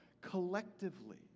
collectively